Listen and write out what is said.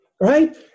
right